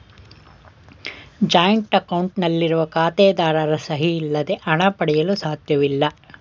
joint account ನಲ್ಲಿರುವ ಖಾತೆದಾರರ ಸಹಿ ಇಲ್ಲದೆ ಹಣ ಪಡೆಯಲು ಸಾಧ್ಯವಿಲ್ಲ